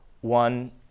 one